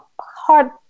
hard